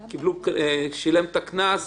שילם את הקנס,